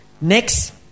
Next